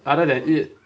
other than eat